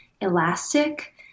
elastic